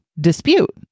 dispute